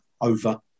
over